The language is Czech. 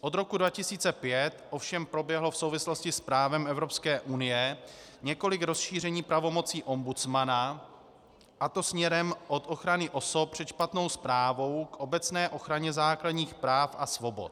Od roku 2005 ovšem proběhlo v souvislosti s právem Evropské unie několik rozšíření pravomocí ombudsmana, a to směrem od ochrany osob před špatnou správou k obecné ochraně základních práv a svobod.